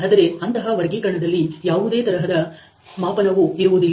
ಆದರೆ ಅಂತಹ ವರ್ಗೀಕರಣದಲ್ಲಿ ಯಾವುದೇ ತರಹದ ಮಾಪನವು ಇರುವುದಿಲ್ಲ